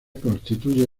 constituye